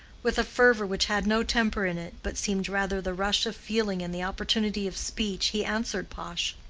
with a fervor which had no temper in it, but seemed rather the rush of feeling in the opportunity of speech, he answered pash,